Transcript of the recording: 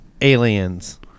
Aliens